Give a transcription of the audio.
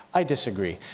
i disagree.